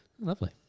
Lovely